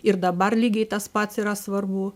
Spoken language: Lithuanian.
ir dabar lygiai tas pats yra svarbu